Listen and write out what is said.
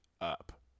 up